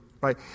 right